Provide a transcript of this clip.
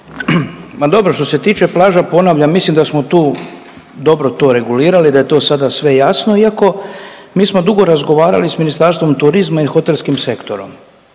A dobro, što se tiče plaža ponavljam, mislim da smo tu dobro to regulirali i da je to sada sve jasno iako mi smo dugo razgovarali s Ministarstvom turizma i hotelskim sektorom